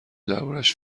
دربارش